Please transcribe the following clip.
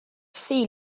sea